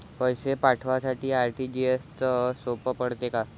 पैसे पाठवासाठी आर.टी.जी.एसचं सोप पडते का?